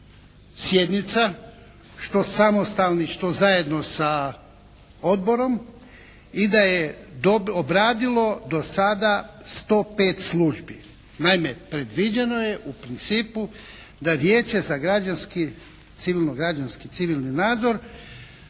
sjednica što samostalnih, što zajedno sa odborom i da je obradilo do sada 105 službi. Naime, predviđeno je u principu da Vijeće za građanski, civilno-građanski, civilni nadzor